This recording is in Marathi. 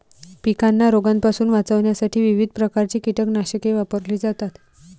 पिकांना रोगांपासून वाचवण्यासाठी विविध प्रकारची कीटकनाशके वापरली जातात